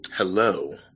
Hello